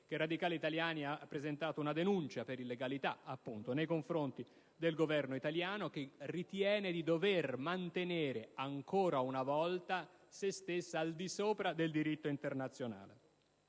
Radicali italiani ha presentato una denuncia per illegalità nei confronti del Governo italiano, che ritiene di dover mantenere ancora una volta se stesso al di sopra del diritto internazionale.